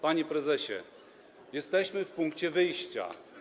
Panie prezesie, jesteśmy w punkcie wyjścia.